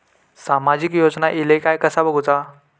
सामाजिक योजना इले काय कसा बघुचा?